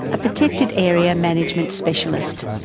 a protected area management specialist.